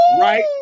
right